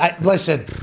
Listen